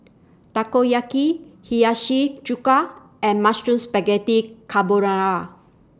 Takoyaki Hiyashi Chuka and Mushroom Spaghetti Carbonara